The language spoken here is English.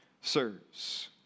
serves